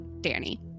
Danny